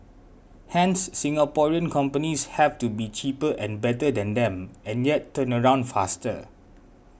hence Singaporean companies have to be cheaper and better than them and yet turnaround faster